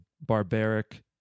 barbaric